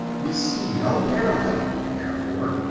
we see no parallel, therefore,